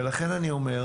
ולכן אני אומר: